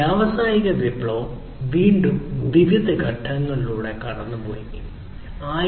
വ്യാവസായിക വിപ്ലവം വീണ്ടും വിവിധ ഘട്ടങ്ങളിലൂടെ കടന്നുപോയി